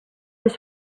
his